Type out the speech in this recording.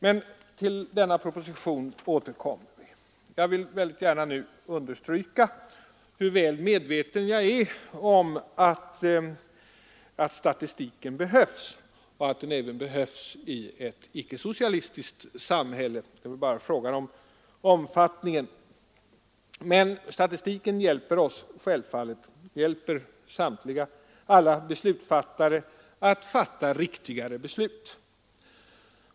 Men vi återkommer till denna proposition. Jag vill nu understryka hur medveten jag är om att statistiken behövs och att den även behövs i ett icke-socialistiskt samhälle. Det är bara fråga om omfattningen. Statistiken hjälper alla beslutsfattare att åstadkomma riktiga beslut.